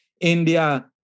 India